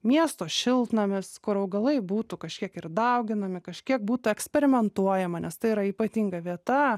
miesto šiltnamis kur augalai būtų kažkiek ir dauginami kažkiek būtų eksperimentuojama nes tai yra ypatinga vieta